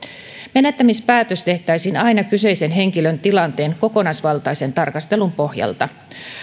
menettämispäätös tehtäisiin aina kyseisen henkilön tilanteen kokonaisvaltaisen tarkastelun pohjalta